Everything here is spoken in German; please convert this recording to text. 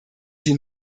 die